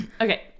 Okay